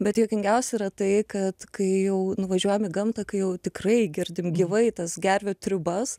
bet juokingiausia yra tai kad kai jau nuvažiuojam į gamtą kai jau tikrai girdim gyvai tas gervių triūbas